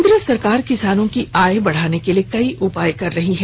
केंद्र सरकार किसानों की आय बढ़ाने के लिए कई उपाय कर रही है